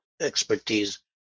expertise